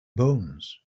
bones